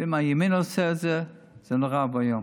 אם הימין עושה את זה, זה נורא ואיום.